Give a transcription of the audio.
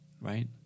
right